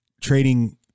trading